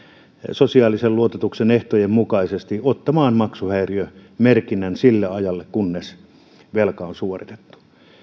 sosiaalisen luototuksen ehtojen mukaisesti ottamaan maksuhäiriömerkinnän sille ajalle kunnes velka on suoritettu